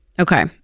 Okay